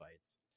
fights